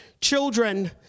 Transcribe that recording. Children